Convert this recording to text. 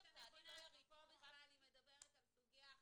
אני לא יריתי --- היא מדברת על סוגיה אחרת,